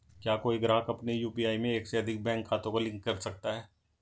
क्या कोई ग्राहक अपने यू.पी.आई में एक से अधिक बैंक खातों को लिंक कर सकता है?